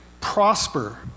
prosper